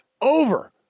over